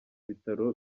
bitaro